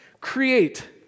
Create